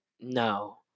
no